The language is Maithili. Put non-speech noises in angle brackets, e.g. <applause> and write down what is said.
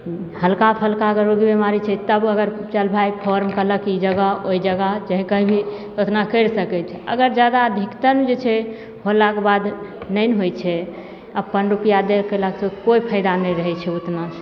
हलका फलका अगर रोग बेमारी छै तब अगर चल भाइ <unintelligible> ई जगह ओहि जगह कहींँ भी ओतना करि सकैत छै अगर जादा <unintelligible> जे छै होला कऽ बाद नहि ने होय छै अपन रुपआ दे के कोइ फायदा नहि रहै छै ओतना